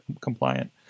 compliant